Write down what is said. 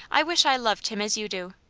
i wish i loved him as you do!